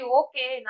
okay